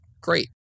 great